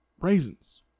raisins